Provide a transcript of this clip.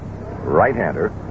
right-hander